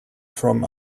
from